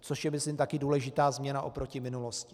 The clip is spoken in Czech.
Což je, myslím, taky důležitá změna oproti minulosti.